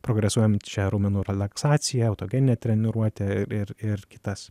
progresuojančią raumenų relaksaciją autogeninę treniruotę ir ir ir kitas